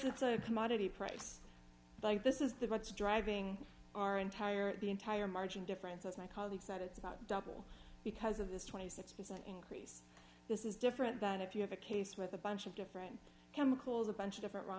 it's a commodity price like this is that what's driving our entire the entire margin difference as my colleague said it's about double because of this twenty six percent increase this is different than if you have a case with a bunch of different chemicals a bunch of different raw